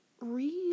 read